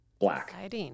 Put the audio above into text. Black